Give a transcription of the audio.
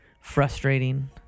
frustrating